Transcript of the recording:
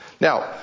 Now